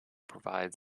provides